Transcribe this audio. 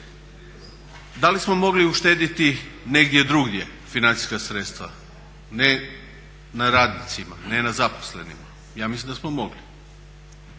Da li smo mogli uštedjeti negdje drugdje financijska sredstva? Ne na radnicima, ne na zaposlenima. Ja mislim da smo mogli.